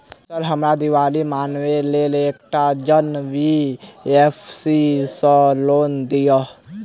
Sir हमरा दिवाली मनावे लेल एकटा एन.बी.एफ.सी सऽ लोन दिअउ?